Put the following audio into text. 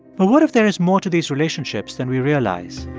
but what if there is more to these relationships than we realize?